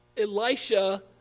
Elisha